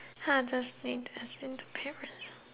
hardest thing to